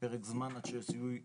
פרק זמן עד שהזיהוי ודאי.